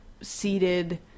seated